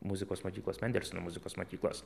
muzikos mokyklos mendelsono muzikos mokyklos